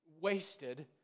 wasted